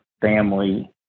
family